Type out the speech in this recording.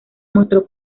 mostró